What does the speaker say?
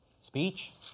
Speech